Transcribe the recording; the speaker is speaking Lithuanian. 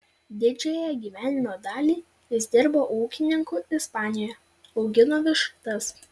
didžiąją gyvenimo dalį jis dirbo ūkininku ispanijoje augino vištas